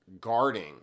guarding